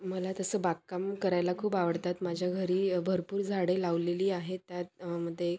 मला तसं बागकाम करायला खूप आवडतात माझ्या घरी भरपूर झाडे लावलेली आहेत त्यात मध्ये